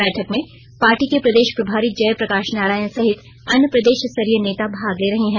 बैठक में पार्टी के प्रदेश प्रभारी जय प्रकाश नारायण सहित अन्य प्रदेशस्तरीय नेता भाग ले रहे हैं